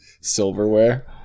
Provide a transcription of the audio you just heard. silverware